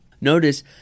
Notice